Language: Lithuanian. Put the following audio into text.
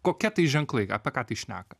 kokie tai ženklai apie ką tai šneka